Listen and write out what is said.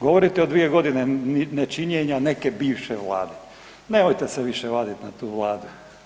Govorite o dvije godine nečinjenja neke bivše vlade, nemojte se više vaditi na tu vladu.